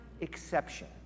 exception